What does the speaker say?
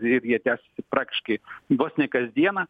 ir jie tęsiasi praktiškai vos ne kasdieną